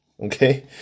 Okay